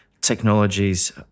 technologies